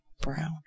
brown